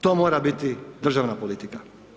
To mora biti državna politika.